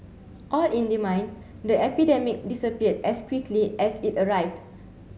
all in the mind The epidemic disappeared as quickly as it arrived